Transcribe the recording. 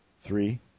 Three